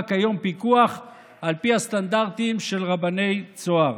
כיום פיקוח על פי הסטנדרטים של רבני צהר.